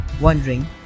wondering